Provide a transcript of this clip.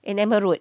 in amber road